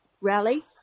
rally